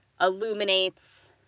illuminates